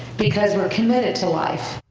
because we're committed to life.